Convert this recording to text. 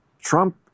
Trump